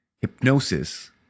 Hypnosis